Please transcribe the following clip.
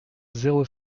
zéro